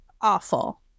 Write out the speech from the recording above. awful